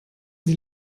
sie